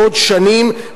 לעוד שנים,